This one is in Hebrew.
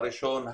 הראשון,